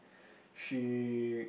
she